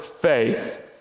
faith